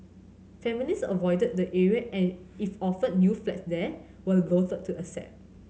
families avoided the area and if offered new flats there were loathe to accept